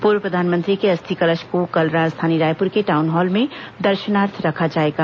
पूर्व प्रधानमंत्री के अस्थि कलश को कल राजधानी रायपुर के टाउनहाल में दर्शनार्थ रखा जाएगा